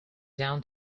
down